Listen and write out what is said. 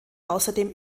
außerdem